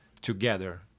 together